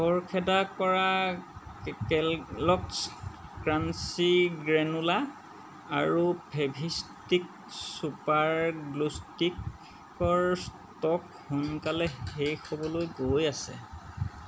খৰখেদা কৰা Kellogg's crunchy granola আৰু ফেভিষ্টিক ছুপাৰ গ্লু ষ্টিকৰ ষ্টক সোনকালে শেষ হ'বলৈ গৈ আছে